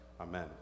Amen